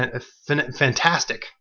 fantastic